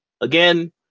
again